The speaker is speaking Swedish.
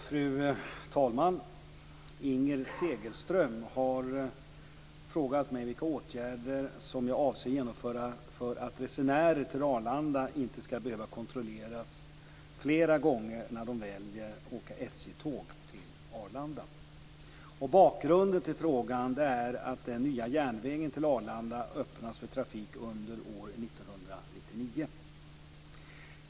Fru talman! Inger Segelström har frågat mig vilka åtgärder som jag avser att genomföra för att resenärer till Arlanda inte skall behöva kontrolleras flera gånger när de väljer att åka SJ-tåg till Arlanda. Bakgrunden till frågan är att den nya järnvägen till Arlanda öppnas för trafik under år 1999.